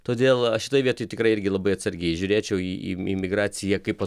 todėl aš šitoj vietoj tikrai irgi labai atsargiai žiūrėčiau į į imigraciją kaip